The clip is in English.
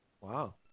Wow